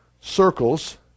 circles